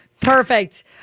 perfect